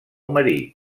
marí